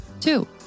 Two